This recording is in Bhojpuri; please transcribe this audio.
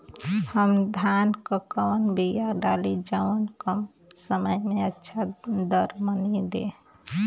हम धान क कवन बिया डाली जवन कम समय में अच्छा दरमनी दे?